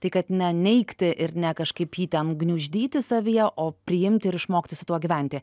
tai kad ne neigti ir ne kažkaip jį ten gniuždyti savyje o priimti ir išmokti su tuo gyventi